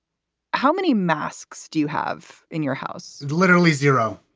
how many masks do you have in your house? literally zero